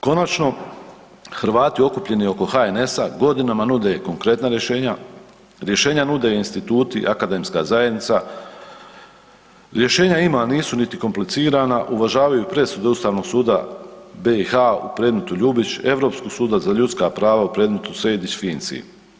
Konačno, Hrvati okupljeni oko HNS-a, godinama nude konkretna rješenja, rješenja nude i instituti i akademska zajednica, rješenja ima, nisu niti komplicirana, uvažavaju presudu Ustavnog suda BiH-a u predmetu Ljubić, Europskog suda za ljudska prava u predmetu Sejdić-Finci.